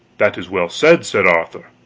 that is well said, said arthur,